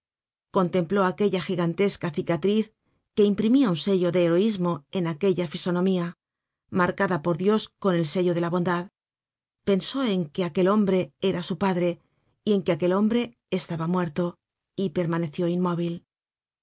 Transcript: contempló aquella gigantesca cicatriz que imprimia un sello de heroismo en aquella fisonomía marcada por dios con el sello de la bondad pensó en que aquel hombre era su padre y en que aquel hombre estaba muerto y permaneció inmóvil